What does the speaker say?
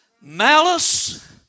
malice